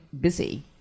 busy